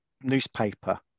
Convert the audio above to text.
newspaper